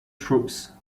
troops